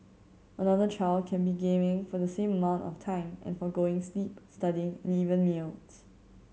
another child can be gaming for the same amount of time and forgoing sleep studying and even meals